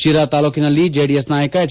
ಶಿರಾ ತಾಲೂಕಿನಲ್ಲಿ ಜೆಡಿಎಸ್ ನಾಯಕ ಎಚ್